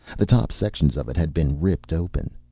the top sections of it had been ripped open.